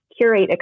curate